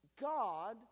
God